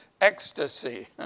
ecstasy